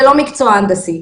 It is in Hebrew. זה לא מקצוע הנדסי,